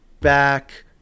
back